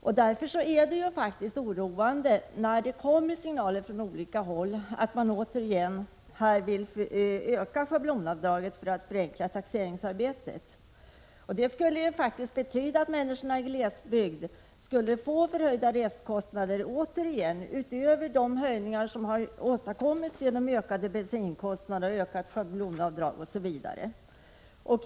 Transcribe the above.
Det är därför oroande när det kommer signaler från olika håll om att man återigen vill öka schablonavdraget för att förenkla taxeringsarbetet. Det skulle faktiskt innebära att människorna i glesbygd återigen skulle få höjningar av sina resekostnader, utöver de fördyringar som åstadkommits genom ökade bensinkostnader, höjt schablonavdrag osv.